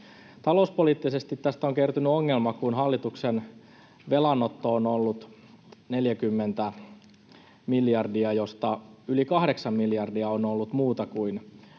Talouspoliittisesti tästä on kertynyt ongelma, kun hallituksen velanotto on ollut 40 miljardia, josta yli kahdeksan miljardia on ollut muuta